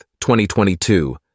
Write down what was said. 2022